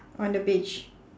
on the beach